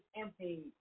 empty